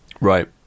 right